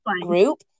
group